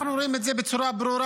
אנחנו רואים את זה בצורה ברורה,